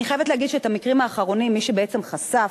אני חייבת להגיד שאת המקרים האחרונים מה שבעצם חשף,